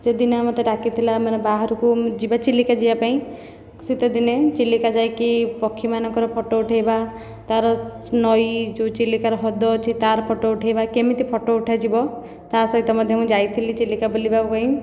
ସେ ଦିନେ ମୋତେ ଡାକିଥିଲା ମାନେ ବାହାରକୁ ଯିବା ଚିଲିକା ଯିବା ପାଇଁ ଶୀତ ଦିନେ ଚିଲିକା ଯାଇକି ପକ୍ଷୀମାନଙ୍କର ଫଟୋ ଉଠାଇବା ତା'ର ନଈ ଯେଉଁ ଚିଲିକାର ହ୍ରଦ ଅଛି ତା'ର ଫଟୋ ଉଠାଇବା କେମିତି ଫଟୋ ଉଠାଯିବ ତା ସହିତ ମଧ୍ୟ ମୁଁ ଯାଇଥିଲି ଚିଲିକା ବୁଲିବା ପାଇଁ